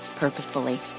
purposefully